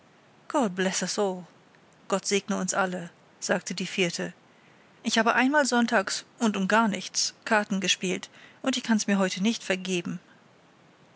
gott segne uns alle sagte die vierte ich habe einmal sonntags und um gar nichts karten gespielt und ich kann's mir heute nicht vergeben